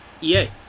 EA